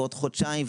ועוד חודשיים,